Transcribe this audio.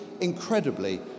incredibly